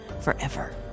forever